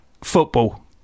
football